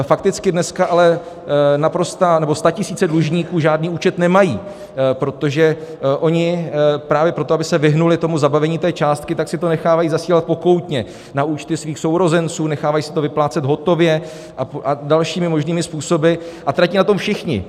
Fakticky dneska ale statisíce dlužníků žádný účet nemají, protože oni právě proto, aby se vyhnuli zabavení té částky, si to nechávají zasílat pokoutně na účty svých sourozenců, nechávají si to vyplácet hotově a dalšími možnými způsoby, a tratí na tom všichni.